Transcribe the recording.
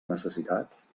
necessitats